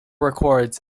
records